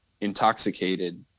intoxicated